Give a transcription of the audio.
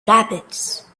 rabbits